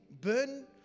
Burn